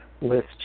list